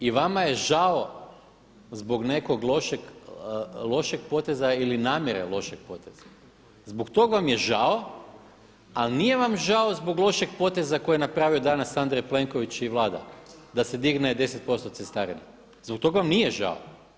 I vama je žao zbog nekog lošeg poteza ili namjere lošeg poteza, zbog tog vam je žao, ali nije vam žao zbog lošeg poteza koji je napravio danas Andrej Plenković i Vlada, da se digne 10% cestarina, zbog tog vam nije žao.